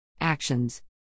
Actions